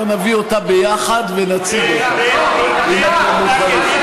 אנחנו נביא אותה ביחד ונציג אותה, אם אתם מוכנים.